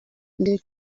they